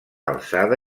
alçada